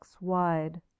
wide